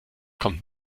kommt